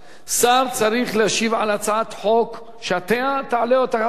שר צריך להשיב על הצעת חוק שאתה תעלה אותה תיכף,